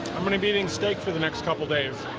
i'm going to be eating steak for the next couple of days.